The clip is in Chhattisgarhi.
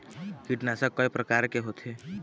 कीटनाशक कय प्रकार के होथे?